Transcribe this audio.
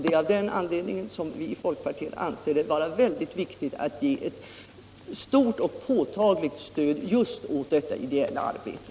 Det är av den anledningen som vi i folkpartiet anser det vara mycket viktigt att ge ett stort och påtagligt stöd åt just detta ideella arbete.